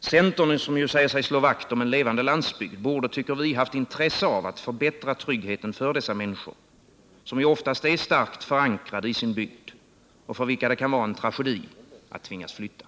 Centern, som ju säger sig slå vakt om en levande landsbygd, borde, tycker vi, haft intresse av att förbättra tryggheten för dessa människor, som ju oftast är starkt förankrade i sin bygd och för vilka det kan vara en tragedi att tvingas flytta.